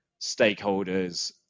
stakeholders